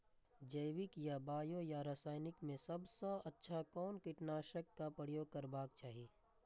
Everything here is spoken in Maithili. जैविक या बायो या रासायनिक में सबसँ अच्छा कोन कीटनाशक क प्रयोग करबाक चाही?